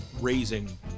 raising